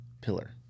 pillar